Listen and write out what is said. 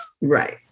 Right